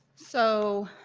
so